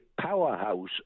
powerhouse